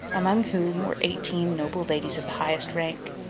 among whom were eighteen noble ladies of the highest rank.